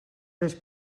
més